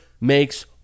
makes